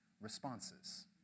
responses